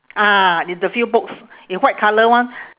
ah it's the few books in white colour one